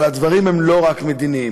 אבל הדברים הם לא רק מדיניים,